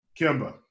Kimba